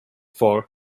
for